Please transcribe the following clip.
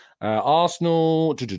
Arsenal